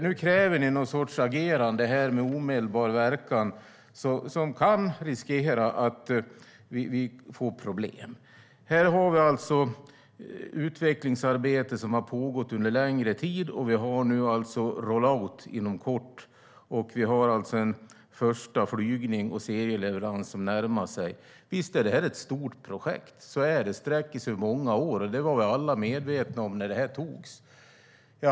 Nu kräver ni ett agerande med omedelbar verkan som kan riskera att vi får problem. Vi har ett utvecklingsarbete som har pågått under längre tid, och vi har roll-out inom kort. Första flygning och serieleverans närmar sig. Visst är detta ett stort projekt. Så är det. Det sträcker sig många år. Det var vi alla medvetna om när besluten togs.